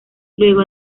luego